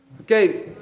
Okay